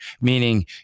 Meaning